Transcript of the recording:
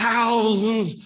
Thousands